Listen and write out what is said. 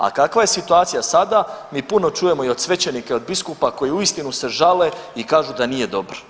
A kakva je situacija sada, mi puno čujemo i od svećenika i od biskupa koji uistinu se žale i kažu da nije dobra.